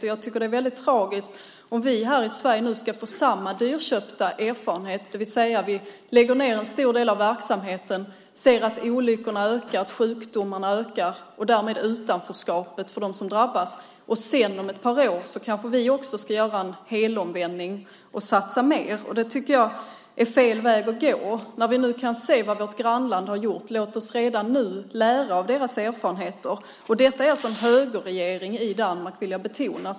Jag tycker att det är väldigt tragiskt om vi i Sverige ska få samma dyrköpta erfarenhet, det vill säga att vi lägger ned en stor del av verksamheten, ser att olyckorna ökar, sjukdomarna ökar och därmed utanförskapet för dem som drabbas, och om ett par år kanske vi också ska göra en helomvändning och satsa mer. Det tycker jag är fel väg att gå. När vi kan se vad vårt grannland har gjort, låt oss redan nu lära av deras erfarenheter. Det är alltså en högerregering i Danmark, vill jag betona.